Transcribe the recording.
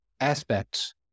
aspects